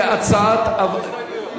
כהצעת הוועדה איזה הסתייגויות?